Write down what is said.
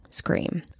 Scream